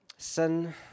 Sin